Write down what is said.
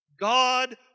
God